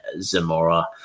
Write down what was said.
Zamora